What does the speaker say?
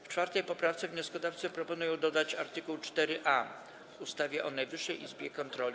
W 4. poprawce wnioskodawcy proponują dodać art. 4a w ustawie o Najwyższej Izbie Kontroli.